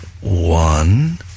one